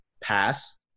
pass